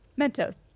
Mentos